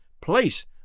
Place